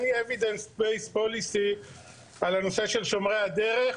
ואין לי evidence-based policy על נושא שומרי הדרך.